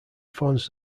forms